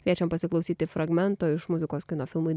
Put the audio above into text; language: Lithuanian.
kviečiam pasiklausyti fragmento iš muzikos kino filmui deguti